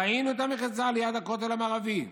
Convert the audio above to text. ראינו את המחיצה ליד הכותל המערבי".